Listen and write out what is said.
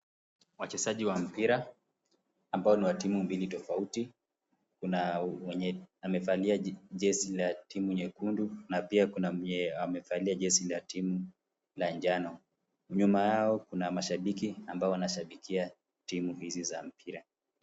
Wachezaji wa mpira, ambao ni wa timu mbili tofauti. Kuna wenye wamevalia jezi la timu nyekundu na pia kuna wenye wamevalia jezi ya timu la njano. Nyuma yao kuna mashabiki ambao wanashabikia timu hizi za mpira.